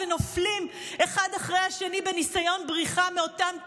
ונופלים אחד אחרי השני בניסיון בריחה מאותם טובחים,